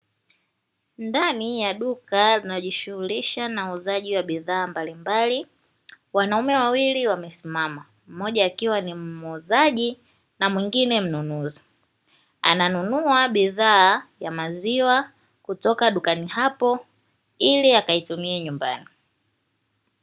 Ndani ya duka linajishughulisha na uuzaji wa bidhaa mbalimbali, wanaume wawili wamesimama moja akiwa ni muuzaji na mwingine mnunuzi ananunua bidhaa ya maziwa kutoka dukani hapo ili akaitumia nyumbani.